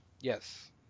yes